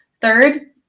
Third